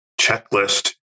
checklist